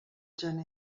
gener